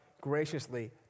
graciously